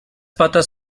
patas